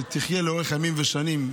שתחיה לאורך ימים ושנים.